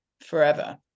forever